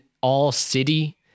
all-city